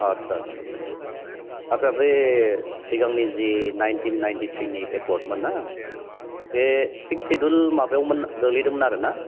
आत्सा आत्सा आत्सा आत्सा बे सिगांनि जि नाइटिन नाइटिथ्रिनि एकर्डमोन ना बे सिक्स सिदुल माबायावदोंमोन गोग्लैदोंमोन आरो ना